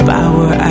Power